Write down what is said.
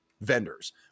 vendors